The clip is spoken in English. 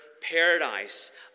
paradise